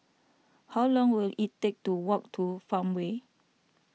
how long will it take to walk to Farmway